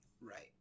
Right